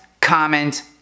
comment